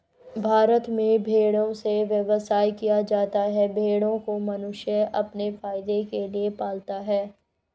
भारत में भेड़ों से व्यवसाय किया जाता है भेड़ों को मनुष्य अपने फायदे के लिए पालता है